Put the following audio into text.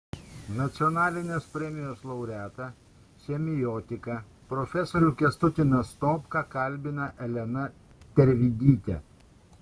nacionalinės premijos laureatą semiotiką profesorių kęstutį nastopką kalbina elena tervidytė